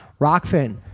Rockfin